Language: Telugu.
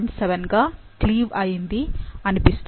7 గా క్లీవ్ అయింది అనిపిస్తుంది